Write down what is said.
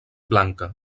blanca